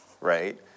right